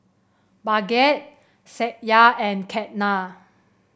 Bhagat Satya and Ketna